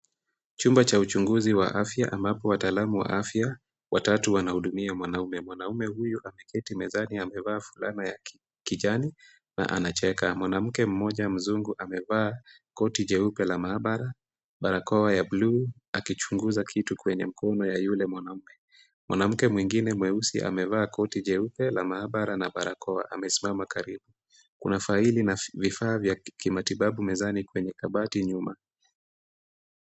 Chumba cha uchunguzi wa afya ambapo wataalamu wa afya watatu wanahudumia mwanamume, mwanamume huyu ameketi mezani amevaa fulana ya kijani na anacheka. Mwanamke mmoja mzungu amevaa koti jeupe la maabara barakoa ya bluu akichunguza kitu kwenye mkono ya yule mwanaume. Mwanamke mwingine mweusi amevaa koti jeupe la maabara na barakoa. Amesimama karibu. Kuna faili na vifaa vya kimatibabu mezani kwenye kabati nyuma.